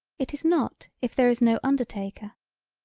it is not if there is no undertaker.